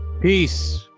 Peace